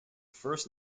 first